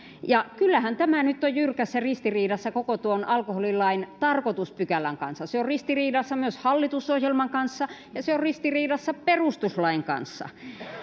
kyllähän tämä nyt on jyrkässä ristiriidassa koko tuon alkoholilain tarkoituspykälän kanssa se on ristiriidassa myös hallitusohjelman kanssa ja se on ristiriidassa perustuslain kanssa